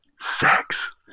Sex